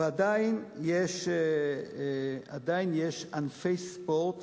עדיין יש ענפי ספורט